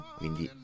quindi